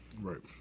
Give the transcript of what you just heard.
Right